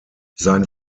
sein